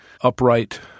upright